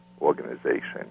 organization